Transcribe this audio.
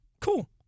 Cool